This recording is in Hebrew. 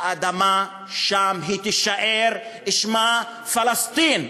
האדמה שם תישאר ושמה פלסטין.